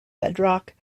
bedrock